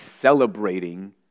celebrating